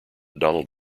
donald